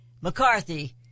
McCarthy